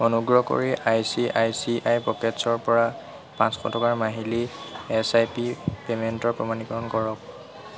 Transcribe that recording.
অনুগ্ৰহ কৰি I C I C I পকেটছ্ৰ পৰা পাঁচশ টকাৰ মাহিলী এছ আই পি পে'মেণ্টৰ প্ৰমাণীকৰণ কৰক